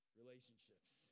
relationships